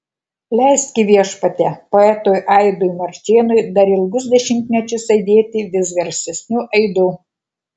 leiski viešpatie poetui aidui marčėnui dar ilgus dešimtmečius aidėti vis garsesniu aidu